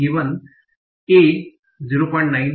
a 09 है